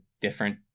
different